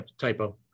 typo